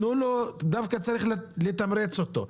דווקא צריך לתמרץ אותו,